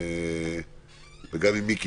ומיקי,